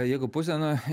jeigu pusė na